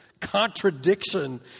contradiction